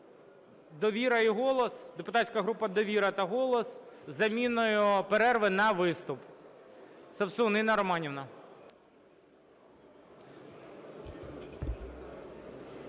депутатська група "Довіра" та "Голос", - із заміною перерви на виступ.